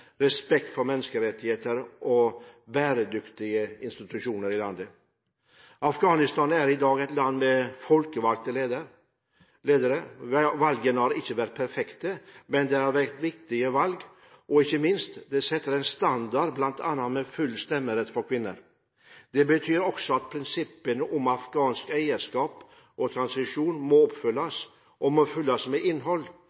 respekt for menneskerettigheter og bæredyktige institusjoner i landet. Afghanistan er i dag et land med folkevalgte ledere. Valgene har ikke vært perfekte, men det har vært viktige valg, og – ikke minst – det setter en standard, bl.a. med full stemmerett for kvinner. Det betyr også at prinsippene om afghansk eierskap og transisjon må